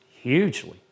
Hugely